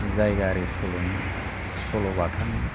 जायगायारि सल'नि सल'बाथानि